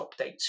updates